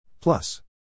Plus